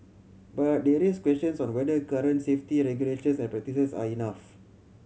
but they raise questions on whether current safety regulations and practices are enough